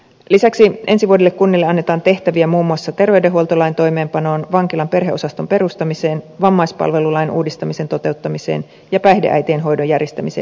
lisäksi ensi vuodelle kunnille annetaan tehtäviä muun muassa terveydenhuoltolain toimeenpanoon vankilan perheosaston perustamiseen vammaispalvelulain uudistamisen toteuttamiseen ja päihdeäitien hoidon järjestämiseen liittyen